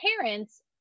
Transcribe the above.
parents